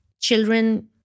children